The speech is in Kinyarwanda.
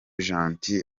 gentil